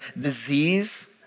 disease